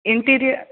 interior